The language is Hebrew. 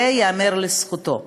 זה ייאמר לזכותו.